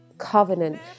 covenant